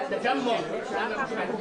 חוק-יסוד: כבוד האדם וחירותו (תיקון,